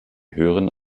höheren